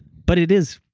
but it is.